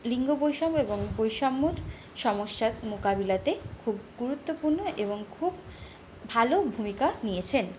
লিঙ্গ বৈষম্য এবং বৈষম্যর সমস্যার মোকাবিলাতে খুব গুরুত্বপূর্ণ এবং খুব ভালো ভূমিকা নিয়েছেন